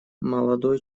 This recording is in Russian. молодой